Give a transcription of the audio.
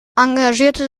engagierte